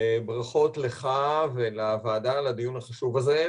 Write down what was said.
ברכות לך ולוועדה על הדיון החשוב הזה,